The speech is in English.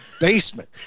basement